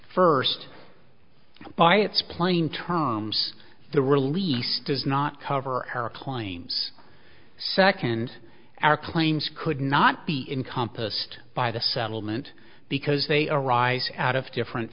first by its plain terms the release does not cover our claims second our claims could not be in compassed by the settlement because they arise out of different